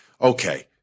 okay